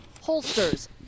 holsters